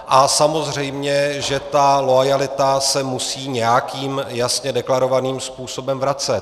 A samozřejmě že ta loajalita se musí nějakým jasně deklarovaným způsobem vracet.